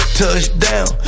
touchdown